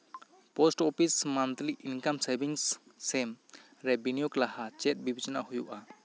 post office monthly income savings scheme ᱨᱮ ᱵᱤᱱᱤᱭᱳᱜ ᱞᱟᱦᱟ ᱪᱮᱫ ᱵᱤᱵᱮᱪᱚᱱᱟ ᱦᱩᱭᱩᱜᱼᱟ